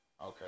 Okay